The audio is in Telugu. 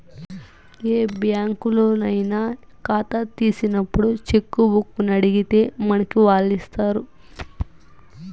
ఏ బ్యాంకులోనయినా కాతా తీసినప్పుడు చెక్కుబుక్కునడిగితే మనకి వాల్లిస్తారు